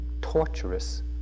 torturous